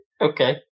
Okay